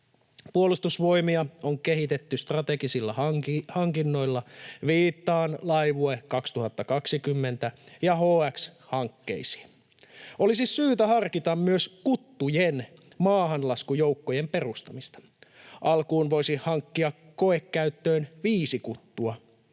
Puolustusvoimia on kehitetty strategisilla hankinnoilla — viittaan Laivue 2020- ja HX-hankkeisiin. Olisi syytä harkita myös kuttujen maahanlaskujoukkojen perustamista: Alkuun voisi hankkia koekäyttöön viisi kuttua.